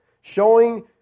showing